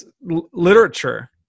literature